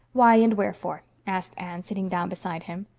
why and wherefore? asked anne, sitting down beside him.